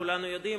כולנו יודעים,